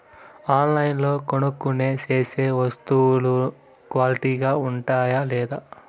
ఆన్లైన్లో కొనుక్కొనే సేసే వస్తువులు క్వాలిటీ గా ఉండాయా లేదా?